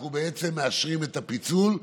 אנחנו מאשרים את הפיצול.